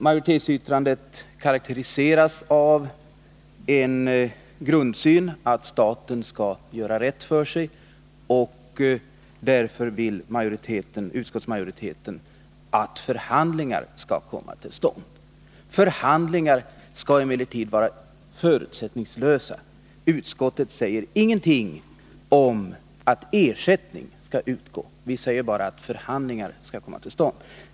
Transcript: Majoritetsyttrandet karakteriseras av grundsynen att staten skall göra rätt för sig, och därför vill utskottsmajoriteten att förhandlingar skall komma till stånd. Förhandlingarna skall emellertid vara förutsättningslösa. Utskottet säger ingenting om att ersättning skall utgå. Det sägs bara att förhandlingar skall komma till stånd.